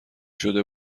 شده